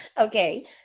Okay